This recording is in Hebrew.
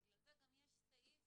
בגלל זה גם יש סעיף